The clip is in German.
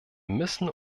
müssen